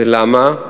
ולמה?